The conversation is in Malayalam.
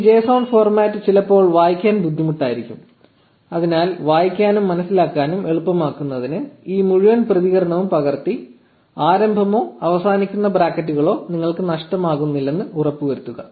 ഈ json ഫോർമാറ്റിന് ചിലപ്പോൾ വായിക്കാൻ ബുദ്ധിമുട്ടായിരിക്കും അതിനാൽ വായിക്കാനും മനസ്സിലാക്കാനും എളുപ്പമാക്കുന്നതിന് ഈ മുഴുവൻ പ്രതികരണവും പകർത്തി ആരംഭമോ അവസാനിക്കുന്ന ബ്രാക്കറ്റുകളോ നിങ്ങൾക്ക് നഷ്ടമാകുന്നില്ലെന്ന് ഉറപ്പുവരുത്തുക